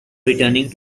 returning